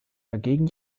dagegen